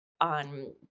on